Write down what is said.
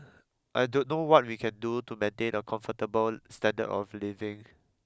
I don't know what we can do to maintain a comfortable standard of living